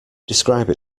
describe